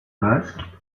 basque